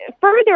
further